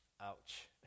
Ouch